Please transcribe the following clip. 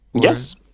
Yes